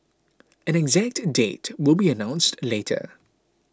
an exact date will be announced later